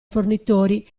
fornitori